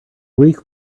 week